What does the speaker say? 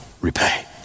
repay